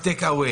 רק Take away,